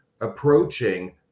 approaching